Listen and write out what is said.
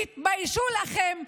תתביישו לכם,